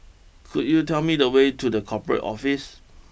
could you tell me the way to the Corporate Office